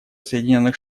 соединенных